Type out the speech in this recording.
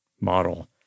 model